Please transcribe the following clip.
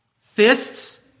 Fists